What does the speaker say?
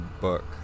book